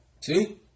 See